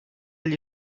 gli